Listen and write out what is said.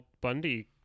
Bundy